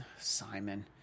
Simon